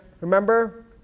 remember